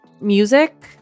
music